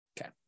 Okay